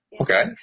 Okay